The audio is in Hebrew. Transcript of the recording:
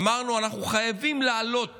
אמרנו: אנחנו חייבים להעלות